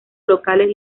locales